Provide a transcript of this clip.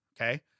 okay